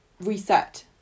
reset